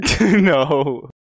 No